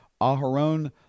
Aharon